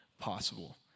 possible